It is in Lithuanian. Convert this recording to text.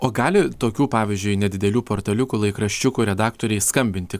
o gali tokių pavyzdžiui nedidelių portaliukų laikraščiukų redaktoriai skambinti